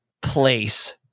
place